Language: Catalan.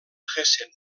hessen